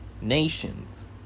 nations